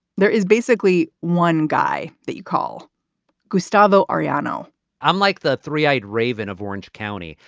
there is basically one guy that you call gustavo arellano i'm like the three eyed raven of orange county.